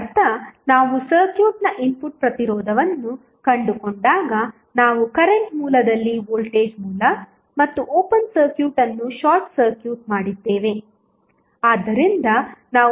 ಇದರರ್ಥ ನಾವು ಸರ್ಕ್ಯೂಟ್ನ ಇನ್ಪುಟ್ ಪ್ರತಿರೋಧವನ್ನು ಕಂಡುಕೊಂಡಾಗ ನಾವು ಕರೆಂಟ್ ಮೂಲದಲ್ಲಿ ವೋಲ್ಟೇಜ್ ಮೂಲ ಮತ್ತು ಓಪನ್ ಸರ್ಕ್ಯೂಟ್ ಅನ್ನು ಶಾರ್ಟ್ ಸರ್ಕ್ಯೂಟ್ ಮಾಡಿದ್ದೇವೆ